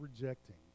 rejecting